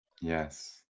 Yes